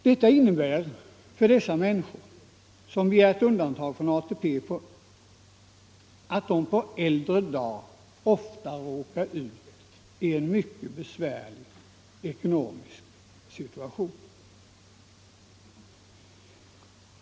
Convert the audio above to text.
Detta innebär att dessa människor på äldre dagar ofta råkar i en mycket besvärlig ekonomisk situation.